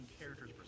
character's